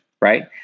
right